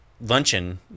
luncheon